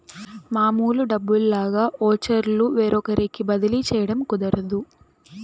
మామూలు డబ్బుల్లాగా ఓచర్లు వేరొకరికి బదిలీ చేయడం కుదరదు